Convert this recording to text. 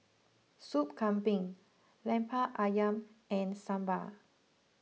Soup Kambing Lemper Ayam and Sambal